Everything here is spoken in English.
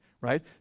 right